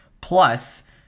Plus